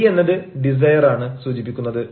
D എന്നത് ഡിസയറാണ് സൂചിപ്പിക്കുന്നത്